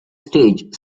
stage